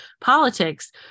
politics